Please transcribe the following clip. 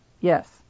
Yes